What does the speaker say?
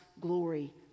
glory